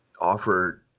offer